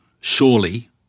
surely